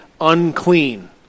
unclean